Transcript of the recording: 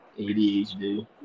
ADHD